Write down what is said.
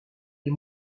des